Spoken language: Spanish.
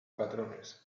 patrones